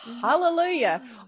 hallelujah